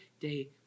day